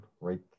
right